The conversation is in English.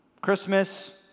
Christmas